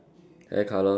hair colour